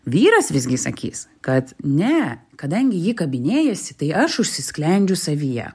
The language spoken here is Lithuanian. vyras visgi sakys kad ne kadangi ji kabinėjasi tai aš užsisklendžiu savyje